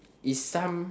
is some